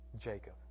Jacob